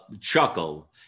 chuckle